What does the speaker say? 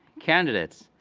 candidates,